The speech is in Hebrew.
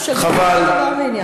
הוא שגריר לכל דבר ועניין.